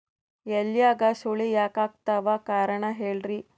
ಎಲ್ಯಾಗ ಸುಳಿ ಯಾಕಾತ್ತಾವ ಕಾರಣ ಹೇಳ್ರಿ?